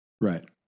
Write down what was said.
Right